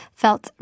felt